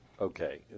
Okay